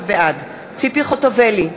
בעד ציפי חוטובלי,